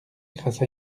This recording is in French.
grâce